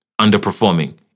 underperforming